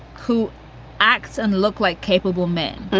who act and look like capable men,